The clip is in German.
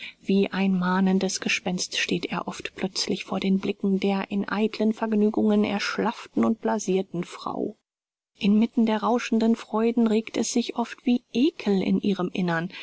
wie ein mahnendes gespenst steht er oft plötzlich vor den blicken der in eitlen vergnügungen erschlafften und blasirten frau inmitten der rauschenden freuden regt es sich oft wie ekel in ihrem innern